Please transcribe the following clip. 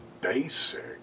basic